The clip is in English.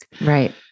Right